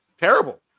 terrible